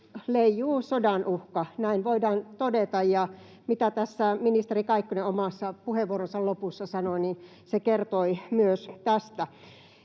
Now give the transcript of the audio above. leijuu sodanuhka — näin voidaan todeta. Ja mitä tässä ministeri Kaikkonen oman puheenvuoronsa lopussa sanoi kertoi myös tästä.